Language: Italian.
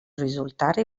risultare